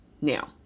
Now